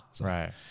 Right